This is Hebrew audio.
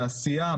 תעשייה,